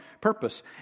purpose